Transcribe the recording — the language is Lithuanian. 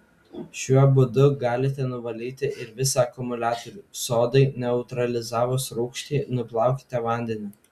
šiuo būdu galite nuvalyti ir visą akumuliatorių sodai neutralizavus rūgštį nuplaukite vandeniu